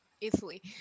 easily